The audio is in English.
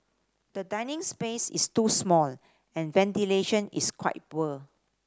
the dining space is too small and ventilation is quite poor